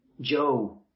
Joe